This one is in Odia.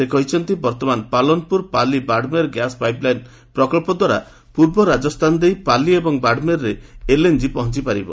ସେ କହିଛନ୍ତି ବର୍ତ୍ତମାନ Palanpur Pali Barmer gas pipeline ପ୍ରକଚ୍ଚଦ୍ୱାରା ପୂର୍ବ ରାଜସ୍ଥାନ ଦେଇ ପାଲି ଏବଂ ବାଡ଼ମେର୍ରେ ଏଲ୍ଏନ୍ଜି ପହଞ୍ଚପାରିବ